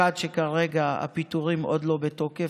1. כרגע הפיטורים עוד לא בתוקף,